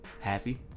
Happy